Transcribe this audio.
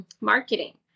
marketing